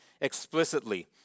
explicitly